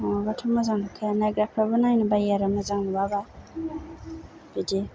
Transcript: नङाबाथ' मोजां नुखाया नायग्राफ्राबो नायनो बायो आरो मोजां नुवाबा बिदि